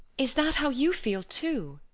is that how you feel too?